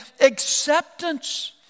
acceptance